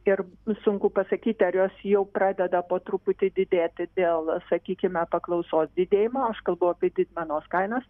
ir sunku pasakyti ar jos jau pradeda po truputį didėti dėl sakykime paklausos didėjimo aš kalbu apie didmenos kainos